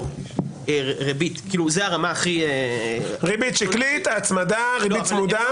ריבית שקלית, הצמדה, ריבית צמודה.